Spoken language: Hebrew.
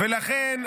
לכן,